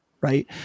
Right